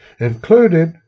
Included